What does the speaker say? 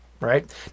Right